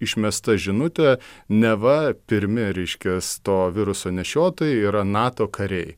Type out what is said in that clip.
išmesta žinutė neva pirmi reiškias to viruso nešiotojai yra nato kariai